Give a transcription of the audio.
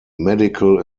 medical